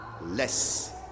less